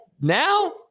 now